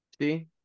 See